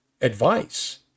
advice